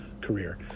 career